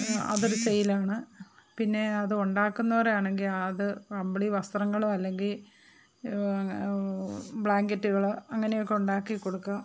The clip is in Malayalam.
അതൊരു സെയിലാണ് പിന്നെ അത് ഉണ്ടാക്കുന്നവർ ആണെങ്കിൽ അത് കമ്പിളിവസ്ത്രങ്ങളോ അല്ലെങ്കിൽ ബ്ലാങ്കറ്റുകൾ അങ്ങനെയൊക്കെ ഉണ്ടാക്കി കൊടുക്കും